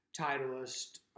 Titleist